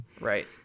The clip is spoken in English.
Right